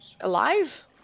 alive